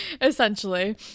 Essentially